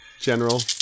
general